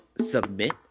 submit